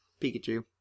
Pikachu